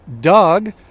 Doug